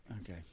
Okay